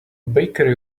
bakery